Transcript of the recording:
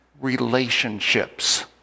relationships